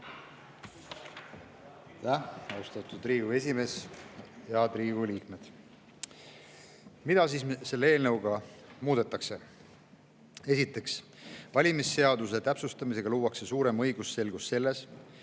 Aitäh, austatud Riigikogu esimees! Head Riigikogu liikmed! Mida selle eelnõuga muudetakse: esiteks, valimisseaduste täpsustamisega luuakse suurem õigusselgus selles,